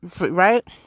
right